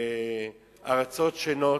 לארצות שונות,